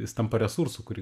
jis tampa resursu kurį